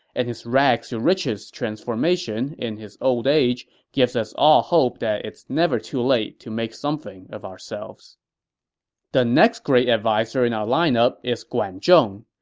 and his rags-to-riches transformation in his old age gives us all hope that it's never too late to make something of ourselves the next great adviser in our lineup is guan zhong,